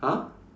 !huh!